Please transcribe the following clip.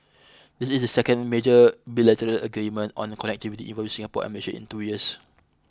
this is the second major bilateral agreement on connectivity involving Singapore and Malaysia in two years